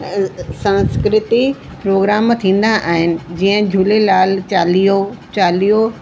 ऐं सांस्कृतिक प्रोग्राम थींदा आहिनि जीअं झूलेलाल चालीहो चालीहो